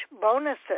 bonuses